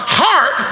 heart